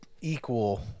equal